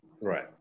Right